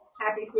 happy